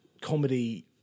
comedy